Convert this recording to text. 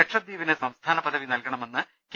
ലക്ഷദ്വീപിന് സംസ്ഥാന പദവി നൽകണമെന്ന് കെ